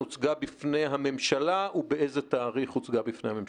הוצגה בפני הממשלה ובאיזה תאריך הוצגה בפני הממשלה?